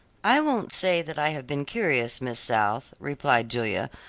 i won't say that i have been curious, miss south, replied julia,